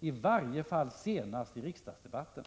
i varje fall senast i den kommande riksdagsdebatten.